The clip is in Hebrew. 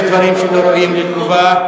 יש דברים שלא ראויים לתגובה.